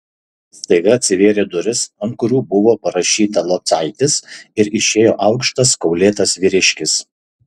staiga atsivėrė durys ant kurių buvo parašyta locaitis ir išėjo aukštas kaulėtas vyriškis